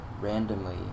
randomly